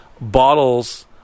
bottles